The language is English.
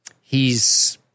he's-